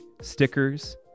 stickers